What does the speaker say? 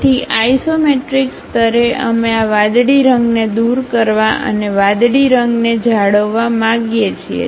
તેથી આઇસોમેટ્રિક સ્તરે અમે આ વાદળી રંગને દૂર કરવા અને વાદળી રંગને જાળવવા માંગીએ છીએ